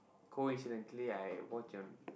coincidentally I watch a